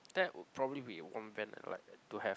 that would probably be a one van I'd like to have